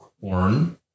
corn